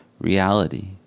reality